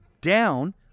Down